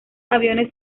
aviones